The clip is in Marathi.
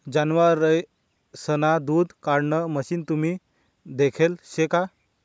जनावरेसना दूध काढाण मशीन तुम्ही देखेल शे का?